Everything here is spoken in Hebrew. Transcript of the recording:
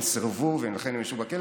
הם סירבו ולכן הם ישבו בכלא,